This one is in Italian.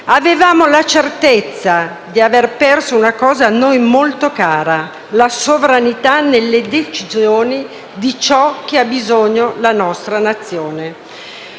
Avevamo la certezza di aver perso una cosa a noi molto cara: la sovranità nelle decisioni di ciò di cui ha bisogno la nostra Nazione.